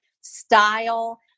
style